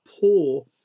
poor